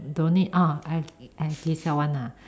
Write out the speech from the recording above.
don't need orh I kay siao [one] ah